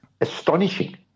astonishing